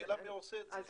השאלה מי עושה את זה.